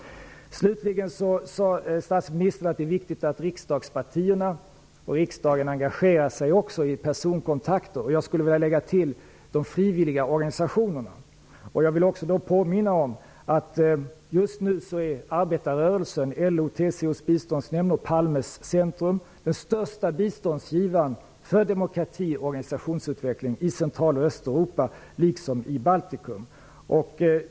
Slutligen sade statsministern att det är viktigt att riksdagspartierna och riksdagen engagerar sig i personkontakter. Jag skulle vilja lägga till de frivilliga organisationerna. Jag vill också påminna om att just nu är arbetarrörelsen, LO, TCO:s biståndsnämnd och Palmes internationella biståndscentrum de största biståndsgivarna för demokrati och organisationsutveckling i Centraloch Östeuropa, liksom i Baltikum.